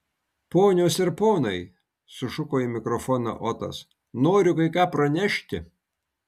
ponios ir ponai sušuko į mikrofoną otas noriu kai ką pranešti